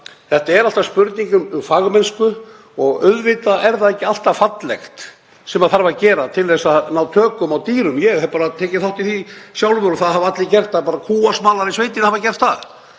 Þetta er alltaf spurning um fagmennsku og auðvitað er það ekki alltaf fallegt sem þarf að gera til að ná tökum á dýrum. Ég hef tekið þátt í því sjálfur og það hafa allir gert, bara kúasmalar í sveitum hafa gert það.